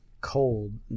cold